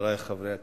חברי חברי הכנסת,